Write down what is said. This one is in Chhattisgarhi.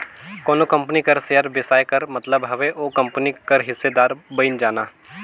कोनो कंपनी कर सेयर बेसाए कर मतलब हवे ओ कंपनी कर हिस्सादार बइन जाना